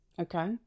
Okay